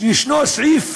שישנו סעיף